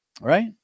right